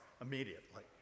immediately